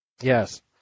yes